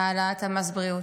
העלאת מס הבריאות,